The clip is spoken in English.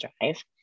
Drive